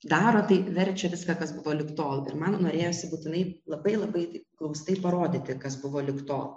daro tai verčia viską kas buvo lig tol ir man norėjosi būtinai labai labai glaustai parodyti kas buvo lig tol